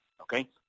Okay